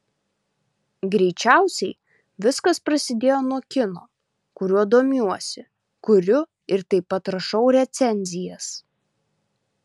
greičiausiai viskas prasidėjo nuo kino kuriuo domiuosi kuriu ir taip pat rašau recenzijas